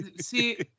see